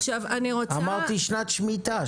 אמרתי שנת שמיטה.